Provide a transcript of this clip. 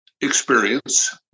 experience